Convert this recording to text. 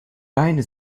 beine